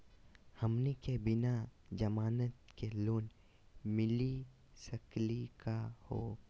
हमनी के बिना जमानत के लोन मिली सकली क हो?